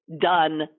done